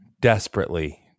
desperately